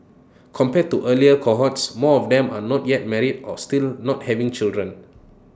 compared to earlier cohorts more of them are not yet married or still not having children